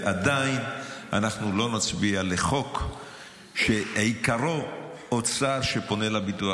ועדיין אנחנו לא נצביע לחוק שעיקרו אוצר שפונה לביטוח